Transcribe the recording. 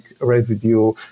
residue